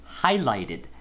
highlighted